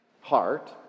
heart